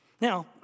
Now